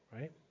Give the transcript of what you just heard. Right